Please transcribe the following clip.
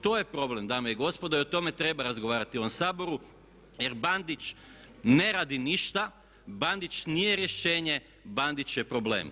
To je problem dame i gospodo i o tome treba razgovarati u ovom Saboru, jer Bandić ne radi ništa, Bandić nije rješenje, Bandić je problem.